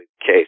case